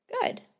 Good